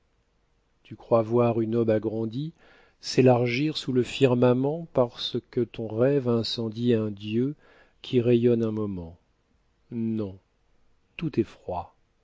tu crois voir une aube agrandie s'élargir sous le firmament parce que ton rêve incendie un dieu qui rayonne un moment non tout est froid